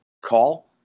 Call